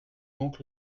donc